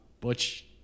Butch